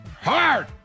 Hard